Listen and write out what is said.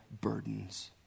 burdens